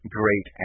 great